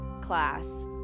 class